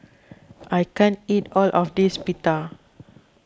I can't eat all of this Pita